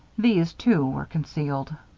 these, too, were concealed.